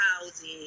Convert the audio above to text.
housing